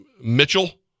Mitchell